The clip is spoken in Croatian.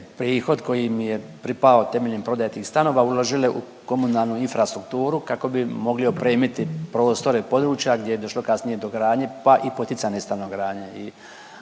prihod koji im je pripao temeljem prodaje tih stanova uložile u komunalnu infrastrukturu kako bi mogli opremiti prostore područja gdje je došlo kasnije do gradnje pa i poticanja stanogradnje.